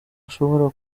ashobora